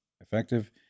effective